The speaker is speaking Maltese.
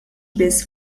biss